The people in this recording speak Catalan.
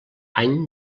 any